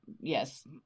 yes